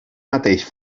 mateix